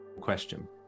question